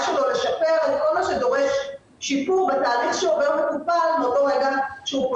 שיציג באופן כללי את מכבי ואני אציג מיד אחריו את